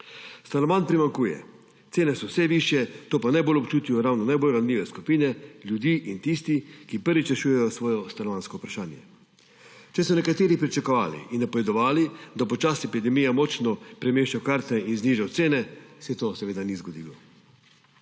Stanovanj primanjkuje, cene so vse višje, to pa najbolj občutijo ravno najbolj ranljive skupine ljudi in tisti, ki prvič rešujejo svoje stanovanjsko vprašanje. Če so nekateri pričakovali in napovedovali, da bo čas epidemije močno premešal karte in znižal cene, se to seveda ni zgodilo.